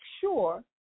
sure